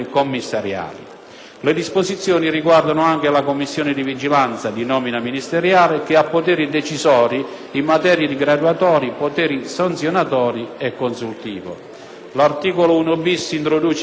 Le disposizioni riguardano anche la commissione di vigilanza, di nomina ministeriale, che ha poteri decisori in materia di graduatorie, poteri sanzionatori e consultivi. L'articolo 1-*bis* introduce l'obbligo,